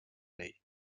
vell